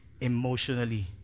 emotionally